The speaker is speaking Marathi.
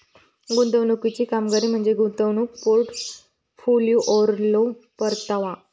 गुंतवणुकीची कामगिरी म्हणजे गुंतवणूक पोर्टफोलिओवरलो परतावा